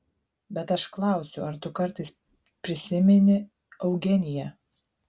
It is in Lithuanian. bet aš klausiu ar tu kartais prisimeni eugeniją